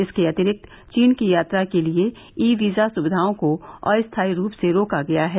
इसके अतिरिक्त चीन की यात्रा के लिए ई वीजा स्विधाओं को अस्थायी रूप से रोका गया है